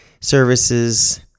Services